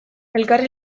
elkarri